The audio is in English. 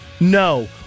No